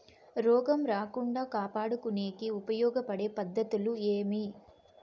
రోగం రాకుండా కాపాడుకునేకి ఉపయోగపడే పద్ధతులు ఏవి?